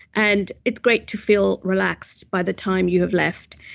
and it's great to feel relaxed by the time you have left.